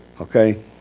okay